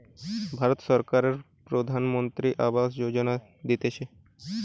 ভারত সরকারের প্রধানমন্ত্রী আবাস যোজনা দিতেছে